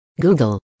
Google